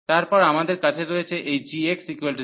তারপর আমাদের কাছে রয়েছে এই g 0